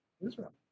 israel